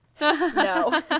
No